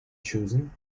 choosing